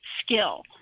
skill